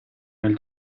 nel